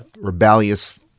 Rebellious